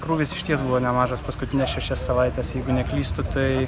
krūvis išties buvo nemažas paskutines šešias savaites jeigu neklystu tai